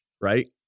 right